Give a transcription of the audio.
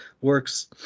Works